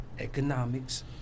economics